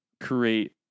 create